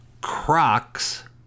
Crocs